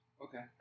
Okay